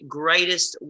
greatest